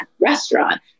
restaurant